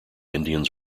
indians